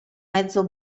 mezzo